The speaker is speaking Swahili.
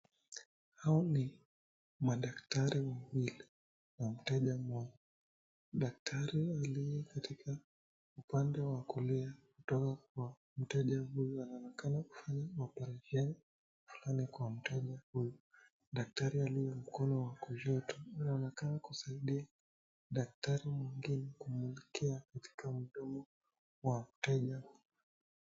hao ni madakitari wawili kwa mteja dakitari aliye katika upande wa kuliawa mteja huyu ananaonekana wakikorofiana dakitari aliye mkono wa kushoto naonekana kusaidia daktari mwingine katika mkono wa mteja